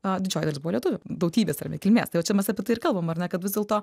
a didžioji dalis buvo lietuvių tautybės arba kilmės tai va čia mes apie tai ir kalbam ar ne kad vis dėlto